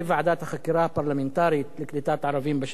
הפרלמנטרית לקליטת ערבים בשירות הציבורי,